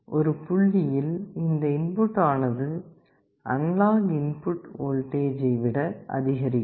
ஒரு புள்ளியில் இந்த இன்புட் ஆனது அனலாக் இன்புட் வோல்டேஜை விட அதிகரிக்கும்